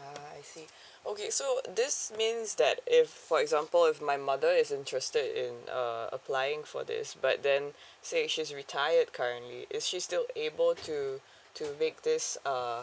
ah I see okay so this means that if for example if my mother is interested in uh applying for this but then say she's retired currently is she still able to to make this uh